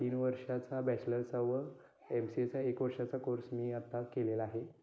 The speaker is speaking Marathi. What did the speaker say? तीन वर्षाचा बॅचलरचा व एम सी एचा एक वर्षाचा कोर्स मी आत्ता केलेला आहे